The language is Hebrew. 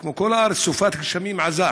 כמו את כל הארץ, סופת גשמים עזה,